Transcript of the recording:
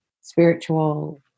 spiritual